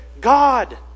God